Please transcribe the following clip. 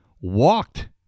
walked